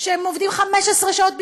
שהם עובדים 15 שעות ביממה,